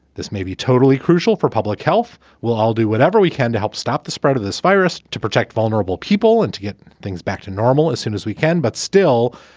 this may be totally crucial for public health. we'll all do whatever we can to help stop the spread of this virus, to protect vulnerable people and to get things back to normal as soon as we can. but still,